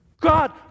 God